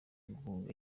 guhunga